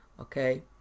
okay